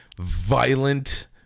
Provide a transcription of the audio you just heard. violent